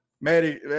Maddie